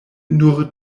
nur